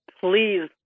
please